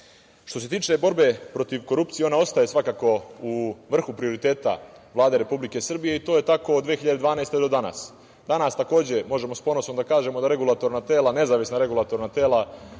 se tiče borbe protiv korupcije, ona ostaje svakako u vrhu prioriteta Vlade Republike Srbije, i to je tako od 2012. godine do danas. Danas možemo s ponosom da kažemo da nezavisna regulatorna tela,